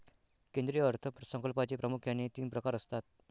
केंद्रीय अर्थ संकल्पाचे प्रामुख्याने तीन प्रकार असतात